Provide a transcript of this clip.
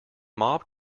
mob